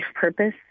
Purpose